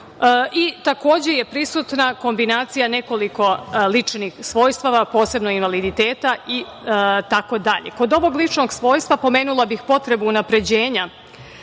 broja. Takođe je prisutna kombinacija nekoliko ličnih svojstava, posebno invaliditeta, itd. Kod ovog ličnog svojstva pomenula bih potrebu unapređenja